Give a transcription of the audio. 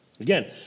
Again